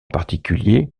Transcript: particulier